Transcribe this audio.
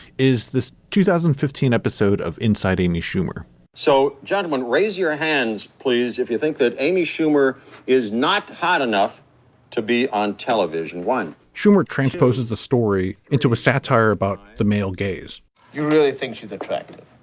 is this two thousand and fifteen episode of inside amy schumer so, gentlemen, raise your ah hands, please, if you think that amy schumer is not hot enough to be on television. one schumer transposes the story into a satire about the male gaze you really think she's attractive?